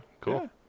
Cool